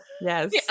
Yes